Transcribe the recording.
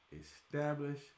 establish